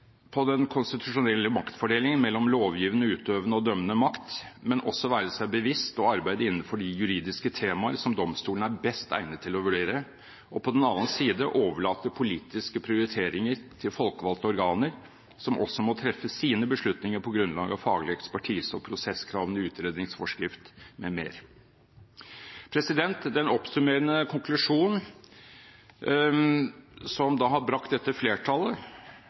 på den konstitusjonelle maktfordelingen mellom lovgivende, utøvende og dømmende makt, men også være seg bevisst og arbeide innenfor de juridiske temaer som domstolen er best egnet til å vurdere, og på den annen side overlate politiske prioriteringer til folkevalgte organer, som også må treffe sine beslutninger på grunnlag av faglig ekspertise og prosesskravene i utredningsforskrift m.m. Den oppsummerende konklusjon er da at dette flertallet,